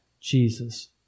Jesus